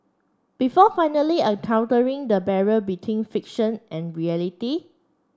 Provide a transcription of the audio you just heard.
before finally encountering the barrier between fiction and reality